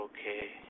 Okay